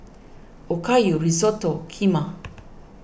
Okayu Risotto Kheema